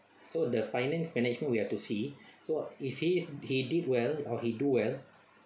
so the finance management we have to see so if he is he did well or he do well